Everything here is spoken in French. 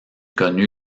connu